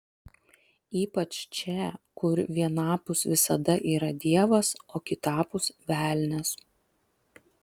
ypač čia kur vienapus visada yra dievas o kitapus velnias